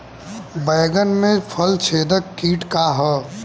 बैंगन में फल छेदक किट का ह?